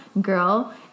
girl